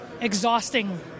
exhausting